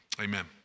Amen